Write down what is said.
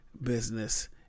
business